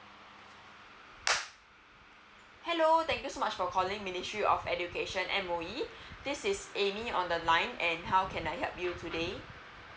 hello thank you so much for calling ministry of education M_O_E this is amy on the line and how can I help you today